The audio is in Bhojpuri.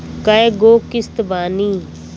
कय गो किस्त बानी?